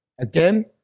again